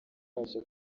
baje